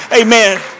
amen